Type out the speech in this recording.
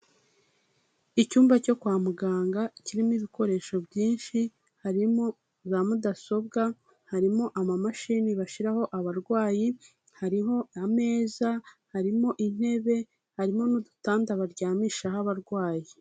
Icyumba cyo kwa muganga kirimo ibikoresho byinshi, harimo za mudasobwa, harimo amamashini bashiraho abarwayi, hariho ameza, harimo intebe, harimo n'udutanda baryamishaho abarwayi.